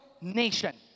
nation